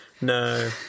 no